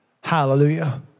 Hallelujah